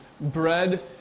bread